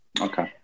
Okay